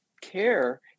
care